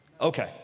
Okay